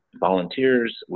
volunteers